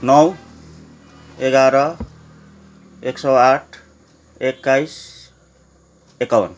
नौ एघार एक सौ आठ एक्काइस एकाउन्न